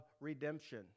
redemption